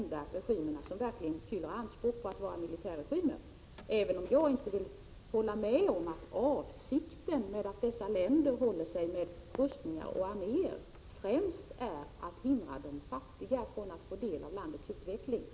De motsvarar alla anspråk när det gäller att verkligen vara militärregimer, även om jag inte delar uppfattningen att avsikten med att dessa länder håller sig med rustningar och arméer främst är att hindra de fattiga från att få del av landets utveckling.